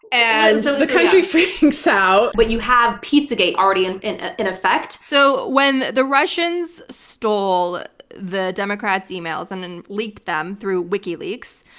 and so the country freaks out. but you have pizzagate already and in and in effect, so when the russians stole the democrats emails and and leaked them through wikileaks,